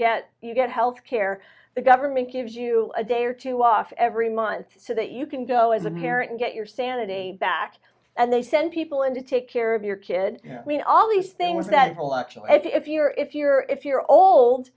get you get health care the government gives you a day or two off every month so that you can go as a parent and get your sanity back and they send people in to take care of your kid i mean all these things that whole actually if you're if you're if you're old